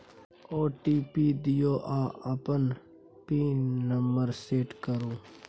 OTP दियौ आ अपन पिन नंबर सेट करु